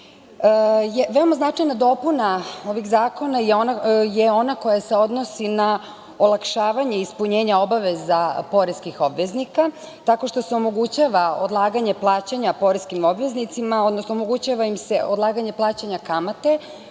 značajna dopuna ovih zakona je ona koja se odnosi na olakšavanje ispunjenja obaveza poreskih obveznika, tako što se omogućava odlaganje plaćanja poreskim obveznicima, odnosno omogućava im se odlaganje plaćanja kamate